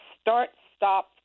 start-stop